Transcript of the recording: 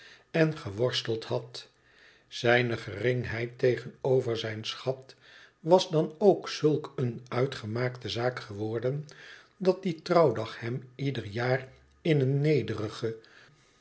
en geworsteld had zijne geringheid tegenover zijn schat was dan ook zulk eene uitgemaakte zaak geworden dat die trouwdag hem ieder jaar in een nederigen